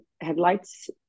headlights